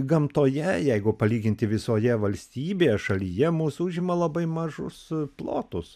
gamtoje jeigu palyginti visoje valstybėje šalyje mūsų užima labai mažus plotus